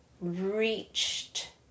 reached